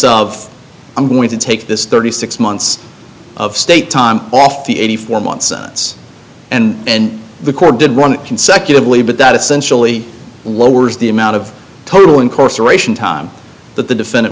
of i'm going to take this thirty six months of state time off the eighty four months and the court did run consecutively but that essentially lowers the amount of total incarceration time that the defendant